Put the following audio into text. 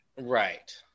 Right